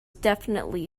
definitively